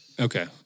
Okay